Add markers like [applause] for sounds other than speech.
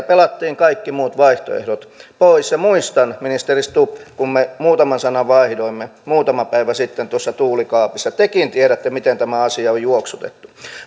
[unintelligible] pelattiin kaikki muut vaihtoehdot pois ja muistan ministeri stubb kun me muutaman sanan vaihdoimme muutama päivä sitten tuossa tuulikaapissa tekin tiedätte miten tämä asia on juoksutettu